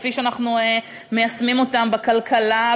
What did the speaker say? כפי שאנחנו מיישמים אותן בכלכלה,